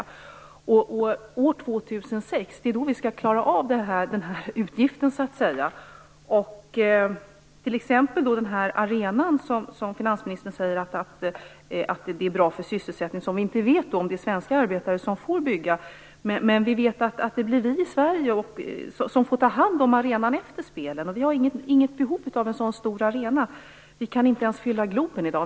Det är år 2004 vi skall klara av den här utgiften. Ta t.ex. den här arenan som finansministern säger är bra för sysselsättningen. Vi vet inte om det blir svenska arbetare som får bygga arenan, men vi vet att det blir vi i Sverige som får ta hand om den efter spelen. Vi har inget behov av en så stor arena. Vi kan inte ens fylla Globen i dag.